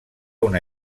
una